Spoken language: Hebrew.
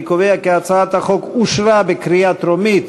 אני קובע כי הצעת החוק אושרה בקריאה טרומית